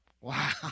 Wow